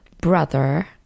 brother